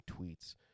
tweets